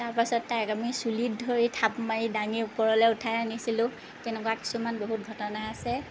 তাৰ পাছত তাইক আমি চুলিত ধৰি থাপ মাৰি দাঙি ওপৰলৈ উঠাই আনিছিলোঁ তেনেকুৱা কিছুমান বহুত ঘটনা আছে